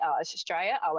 Australia